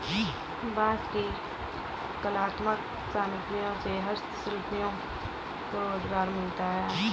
बाँस की कलात्मक सामग्रियों से हस्तशिल्पियों को रोजगार मिलता है